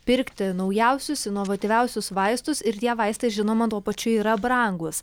pirkti naujausius inovatyviausius vaistus ir tie vaistai žinoma tuo pačiu yra brangūs